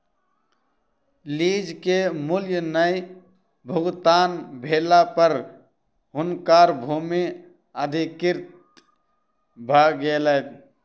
lease के मूल्य नै भुगतान भेला पर हुनकर भूमि अधिकृत भ गेलैन